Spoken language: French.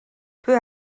peu